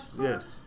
Yes